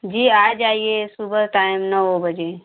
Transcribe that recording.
जी आ जाइए सुबह टाइम नौ बजे